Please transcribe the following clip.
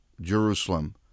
Jerusalem